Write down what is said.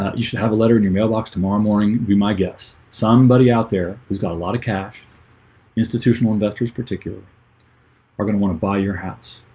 you should have a letter in your mailbox tomorrow morning be my guess somebody out there who's got a lot of cash institutional investors particularly are gonna want to buy your house